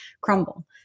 crumble